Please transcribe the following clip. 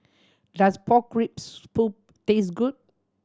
does pork rib taste good